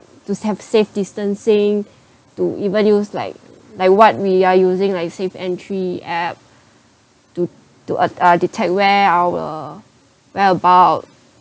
to have safe distancing to even use like like what we are using like SafeEntry app to to uh uh detect where our whereabout